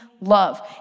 love